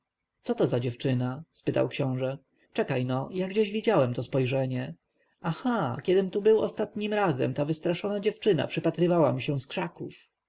to za dziewczyna spytał książę czekaj-no ja gdzieś widziałem to spojrzenie aha kiedym tu był ostatnim razem ta wystraszona dziewczyna przypatrywała mi się z krzaków